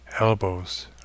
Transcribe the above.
elbows